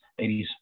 80s